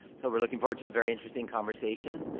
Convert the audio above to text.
so we're looking forward to a very interesting conversation.